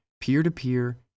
peer-to-peer